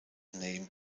name